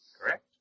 Correct